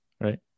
right